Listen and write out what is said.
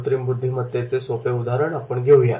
कृत्रिम बुद्धिमत्तेचे सोपे उदाहरण आपण घेऊ या